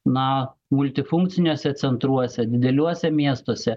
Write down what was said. na multifunkciniuose centruose dideliuose miestuose